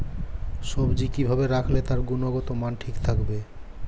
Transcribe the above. সবজি কি ভাবে রাখলে তার গুনগতমান ঠিক থাকবে?